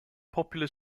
popular